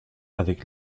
avec